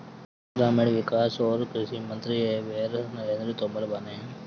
ग्रामीण विकास अउरी कृषि मंत्री एबेरा नरेंद्र तोमर बाने